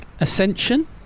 ascension